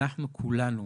אנחנו כולנו